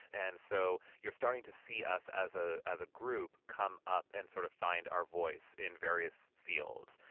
and so you're starting to see us as ah as a group come up and sort of find our voice in various fields.